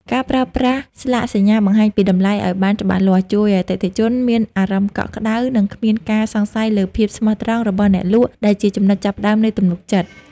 ការប្រើប្រាស់ស្លាកសញ្ញាបង្ហាញពីតម្លៃឱ្យបានច្បាស់លាស់ ជួយឱ្យអតិថិជនមានអារម្មណ៍កក់ក្ដៅ និងគ្មានការសង្ស័យលើភាពស្មោះត្រង់របស់អ្នកលក់ ដែលជាចំណុចចាប់ផ្ដើមនៃទំនុកចិត្ត។